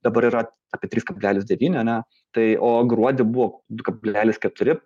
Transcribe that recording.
dabar yra apie trys kablelis devyni na tai o gruodį buvo du kablelis keturi